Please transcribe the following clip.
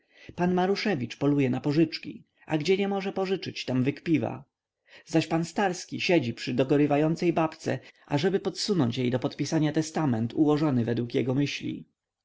pan maruszewicz poluje na pożyczki a gdzie nie może pożyczyć tam wykpiwa zaś pan starski siedzi przy dogorywającej babce ażeby podsunąć jej do podpisania testament ułożony według jego myśli